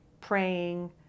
Praying